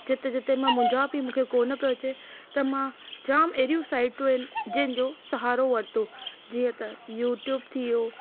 जिते जिते मां मुझां पेई मूंखे कोन पियो अचे त मां जाम अहिड़ो साइटूं आहिनि जंहिंजो सहारो वरितो जीअं त यूटयूब थी वियो